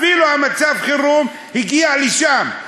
אפילו, מצב החירום הגיע לשם.